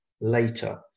later